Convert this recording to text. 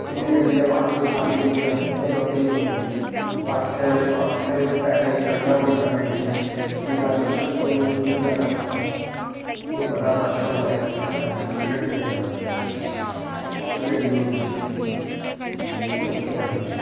तिन्न गड्डी दे बाद कोई खाली गड्डी आंदी फिर ओह्दे च जंदे हर्खैं पैरें चढ़ना पौंदा गड्डियै च कोईं बारी पिच्छें पलगोंइयै जाना पौंदा एह् बड़ा रश होंदा साढ़ै गड्डियें दा गड्डियें च लोकें दा